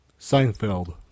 Seinfeld